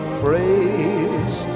phrase